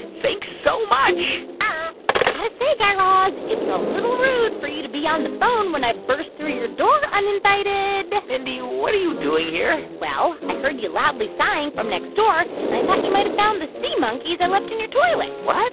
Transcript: thanks so much got to say, guy raz, it's a little rude for you to be on the phone when i burst through your door uninvited mindy, what are you doing here? well, i heard you loudly sighing from next door, and i thought you might've found the sea monkeys i left in your toilet what?